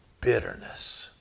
bitterness